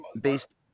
based